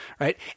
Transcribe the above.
Right